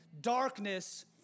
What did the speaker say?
Darkness